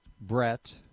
Brett